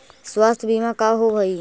स्वास्थ्य बीमा का होव हइ?